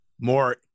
more